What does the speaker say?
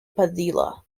padilla